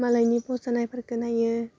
मालायनि पस्ट होनायफोरखौ नायो